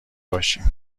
باشیم